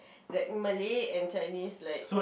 its like Malay and Chinese like